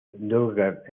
dougherty